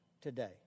today